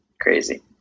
crazy